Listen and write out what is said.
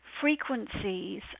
frequencies